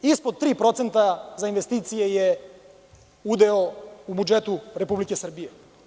Ispod 3% za investicije je udeo u budžetu Republike Srbije.